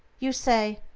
you say,